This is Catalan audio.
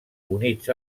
units